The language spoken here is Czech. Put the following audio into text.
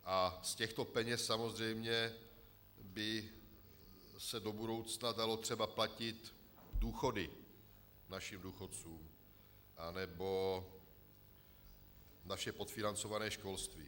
A z těchto peněz samozřejmě by se do budoucna daly třeba platit důchody našim důchodcům nebo naše podfinancované školství.